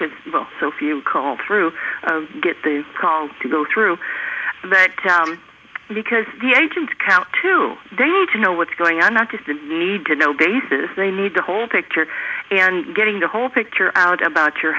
because so few come through get the call to go through that because the agents count too they need to know what's going on not just a need to know basis they need the whole picture and getting the whole picture out about your